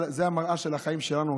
זאת המראה של החיים שלנו,